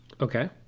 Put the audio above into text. Okay